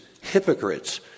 hypocrites